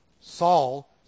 Saul